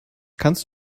kannst